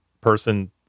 person